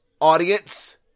audience